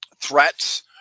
threats